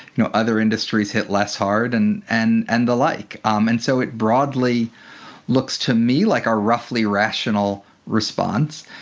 you know, other industries hit less hard and and and the like. um and so it broadly looks to me like a roughly rational response.